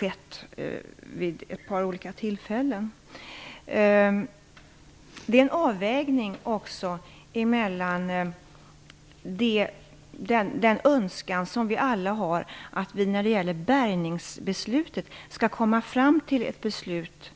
Det måste här göras en avvägning mellan de anhörigas önskan om delaktighet och önskemålet att man så fort som möjligt skall komma fram till ett beslut